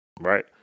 Right